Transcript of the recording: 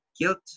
guilt